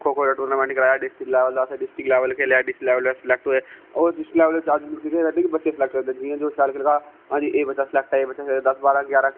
खो kho tournament करवाया district लेबल दा फिर डिस्ट्रिक्ट लेबल खेलेआ फिर अस स्लैक्ट होऐ डिस्ट्रिक्ट लेवल च केह् करदे कि बच्चे स्लैक्ट करदे जेहड़ा शैल खेलदा होऐ हंजी ऐ बच्चा स्लैक्ट ऐ इयां गै दस जारां